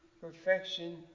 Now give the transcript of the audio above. perfection